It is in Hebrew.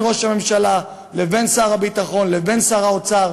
ראש הממשלה לבין שר הביטחון לבין שר האוצר,